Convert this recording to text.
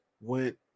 went